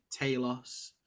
Talos